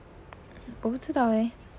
我不知道 eh